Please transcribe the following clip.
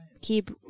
keep